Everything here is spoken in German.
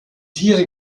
tiere